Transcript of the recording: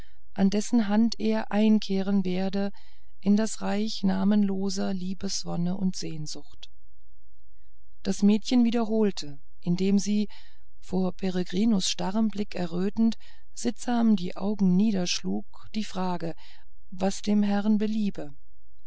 an dessen hand er eingehen werde in das reich namenloser liebeswonne und sehnsucht das mädchen wiederholte indem sie vor peregrinus starrem blick errötend sittsam die augen niederschlug die frage was dem herrn beliebe